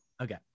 Okay